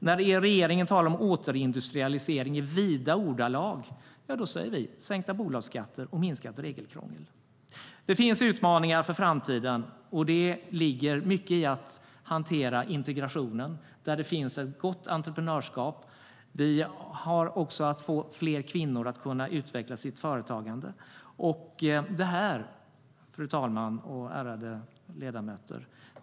När regeringen talar om återindustrialisering i vida ordalag säger vi sänkta bolagsskatter och minskat regelkrångel. Fru talman och ärade ledamöter!